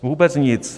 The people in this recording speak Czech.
Vůbec nic.